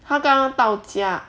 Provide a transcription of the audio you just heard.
她刚刚到家